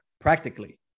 practically